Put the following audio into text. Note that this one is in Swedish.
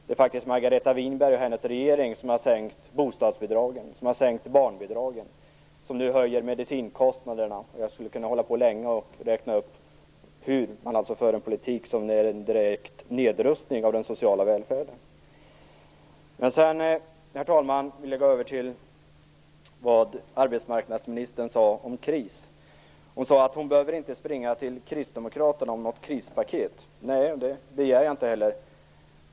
Det är faktiskt Margareta Winberg och hennes regering som har sänkt bostadsbidragen, som har sänkt barnbidragen och som nu höjer medicinkostnaderna. Jag skulle kunna hålla på länge med att räkna upp hur man för en politik som är en direkt nedrustning av den sociala välfärden. Sedan, herr talman, vill jag gå över till vad arbetsmarknadsministern sade om kris. Hon sade att hon inte behöver springa till Kristdemokraterna om något krispaket. Nej, det begär jag inte heller.